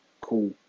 cool